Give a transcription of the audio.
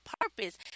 purpose